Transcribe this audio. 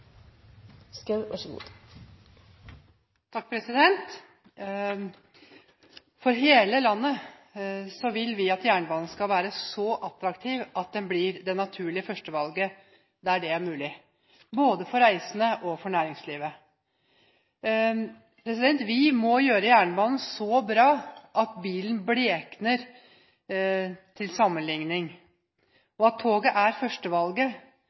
skal være så attraktiv at den blir det naturlige førstevalget for hele landet der det er mulig, både for reisende og for næringslivet. Vi må gjøre jernbanen så bra at bilen blekner i sammenligning, at toget er